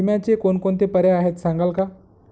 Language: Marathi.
विम्याचे कोणकोणते पर्याय आहेत सांगाल का?